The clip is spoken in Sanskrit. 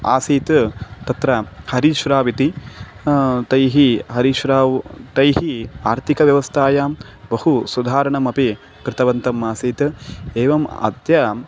आसीत् तत्र हरिश्राव् इति तैः हरिश्राव् तैः आर्थिकव्यवस्थायां बहु सुधारणमपि कृतवन्तः आसीत् एवम् अद्य